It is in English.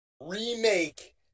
remake